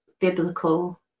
biblical